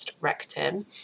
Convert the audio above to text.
rectum